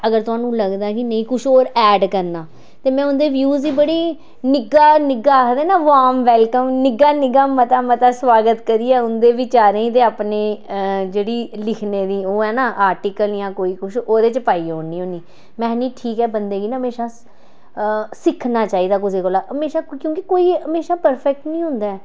अगर थाहनूं लगदा ऐ कि मे कुछ होर ऐड करना ते में उंदे व्यूज़ ई बड़ी निग्गा निग्गा आखदे ना वार्म वैलकम निग्गा निग्गा मता मता सोआगत करियै उंदे विचारें ई ते अपने जेह्ड़ी लिखने दी ओह् ऐ ना आर्टिकल जां कोई कुछ ओह्दे च पाई ओड़नी होनी में आखनी ठीक ऐ बंदे गी ना म्हेशा सिक्खना चाहिदा कुसै कोला दा हमेशा क्योंकि कोई म्हेशा परफेक्ट निं होंदा ऐ